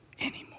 anymore